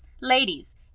Ladies